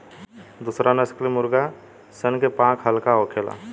दुसरा नस्ल के मुर्गा सन के पांख हल्का होखेला